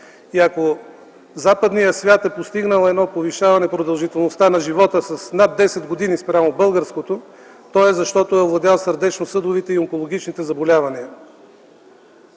Ако западният свят е постигнал едно повишаване на продължителността на живота с над 10 години спрямо българското, то е защото е овладявал сърдечно-съдовите и онкологичните заболявания.